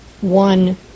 one